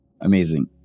Amazing